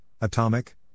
atomic